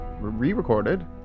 re-recorded